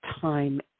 time